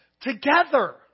together